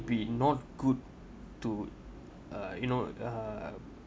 be not good to uh you know uh